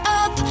up